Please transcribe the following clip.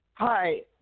Hi